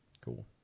Cool